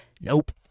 Nope